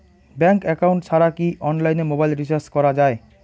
Bank account ছাড়া কি অনলাইনে মোবাইল রিচার্জ করা যায়?